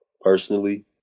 personally